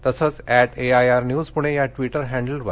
तसंच at AIR news Pune या Twitter हँडलवर